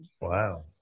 Wow